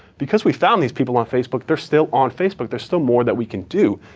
because we found these people on facebook, they're still on facebook. there's still more that we can do.